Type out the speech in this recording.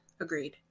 Agreed